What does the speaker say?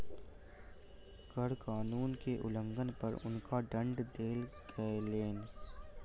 कर कानून के उल्लंघन पर हुनका दंड देल गेलैन